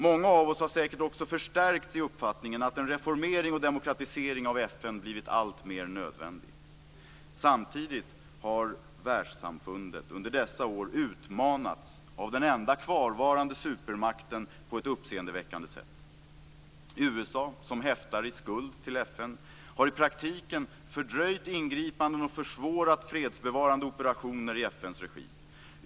Många av oss har säkert också förstärkts i uppfattningen att en reformering och demokratisering av FN har blivit alltmer nödvändig. Samtidigt har världssamfundet under dessa år utmanats av den enda kvarvarande supermakten på ett uppseendeväckande sätt. USA, som häftar i skuld till FN, har i praktiken fördröjt ingripanden och försvårat fredsbevarande operationer i FN:s regi.